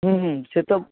হুম হুম সে তো